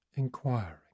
inquiring